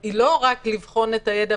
היא לא רק לבחון את הידע.